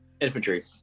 Infantry